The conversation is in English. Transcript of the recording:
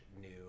new